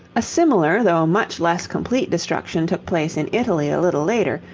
a similar though much less complete destruction took place in italy a little later,